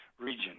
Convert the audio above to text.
region